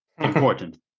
important